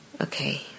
Okay